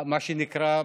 מה שנקרא,